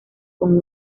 con